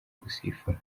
gusifura